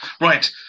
right